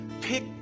pick